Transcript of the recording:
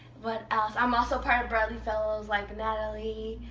what else? i'm also part of bradley fellows like natalie.